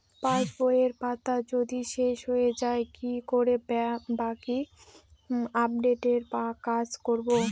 পাসবইয়ের পাতা যদি শেষ হয়ে য়ায় কি করে বাকী আপডেটের কাজ করব?